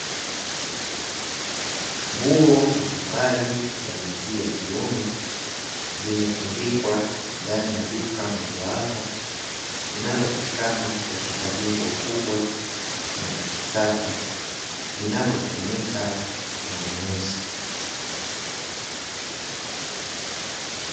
Nguo mbalimbali za jinsia ya kiume zimetundikwa ndani ya duka mojawapo linalopatikana katika jengo kubwa na la kisasa linalotumika na wanunuzi.